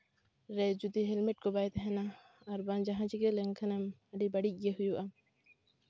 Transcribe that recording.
ᱨᱮ ᱡᱩᱫᱤ ᱦᱮᱞᱢᱮᱴ ᱠᱚ ᱵᱟᱭ ᱛᱟᱦᱮᱱᱟ ᱟᱨ ᱵᱟᱝ ᱡᱟᱦᱟᱸ ᱪᱤᱠᱟᱹ ᱞᱮᱱᱠᱷᱟᱱᱮᱢ ᱟᱹᱰᱤ ᱵᱟᱹᱲᱤᱡ ᱜᱮ ᱦᱩᱭᱩᱜᱼᱟ